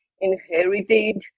inherited